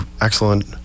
excellent